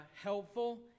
helpful